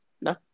No